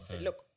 look